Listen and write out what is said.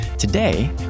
Today